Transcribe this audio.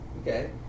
okay